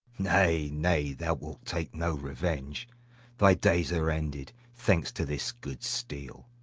nay, nay, thou wilt take no revenge thy days are ended, thanks to this good steel.